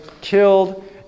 killed